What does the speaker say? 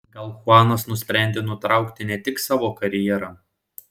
gal chuanas nusprendė nutraukti ne tik savo karjerą